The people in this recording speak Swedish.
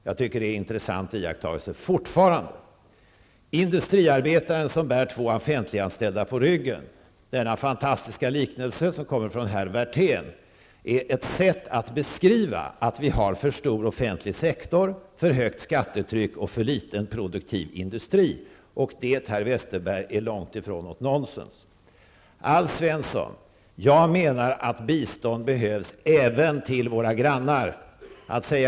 Jag tycker fortfarande att det är en intressant iakttagelse. Industriarbetaren som bär två offentliganställda på ryggen, denna fantastiska liknelse som kommer från herr Werthén, är ett sätt att beskriva att vi har för stor offentlig sektor, för högt skattetryck och för liten produktiv industri. Det, herr Westerberg, är långt ifrån något nonsens. Jag menar att bistånd behövs även till våra grannar, Alf Svensson.